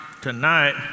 tonight